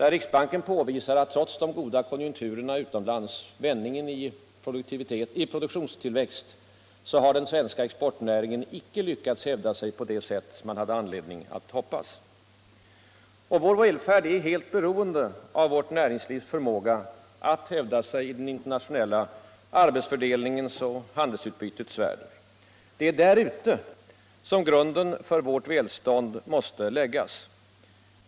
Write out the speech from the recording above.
Riksbanken påvisar där att trots de goda konjunkturerna utomlands och vändningen i produktionstillväxten har den svenska exportnäringen icke lyckats hävda sig på det sätt som man hade anledning att hoppas. Vår välfärd är helt beroende av vårt näringslivs förmåga att hävda sig i den internationella arbetsfördelningens och handelsutbytets värld. Det är där ute grunden för vårt välstånd måste läggas.